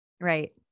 Right